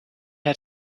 had